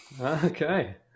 Okay